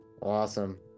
awesome